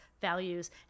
values